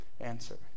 answer